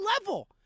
level